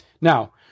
Now